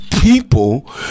People